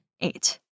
eight